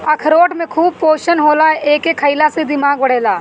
अखरोट में खूब पोषण होला एके खईला से दिमाग बढ़ेला